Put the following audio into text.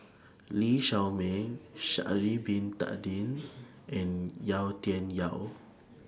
Lee Shao Meng Sha'Ari Bin Tadin and Yau Tian Yau